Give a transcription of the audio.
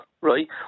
right